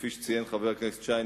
שכפי שציין חבר הכנסת שי,